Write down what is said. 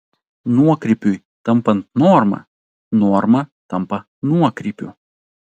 nuokrypiui tampant norma norma tampa nuokrypiu